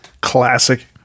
Classic